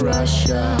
Russia